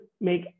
make